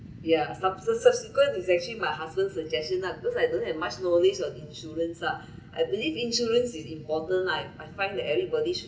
ya subsequently is actually my husband suggestion lah because I don't have much knowledge on insurance lah I believe insurance is important like I find that everybody should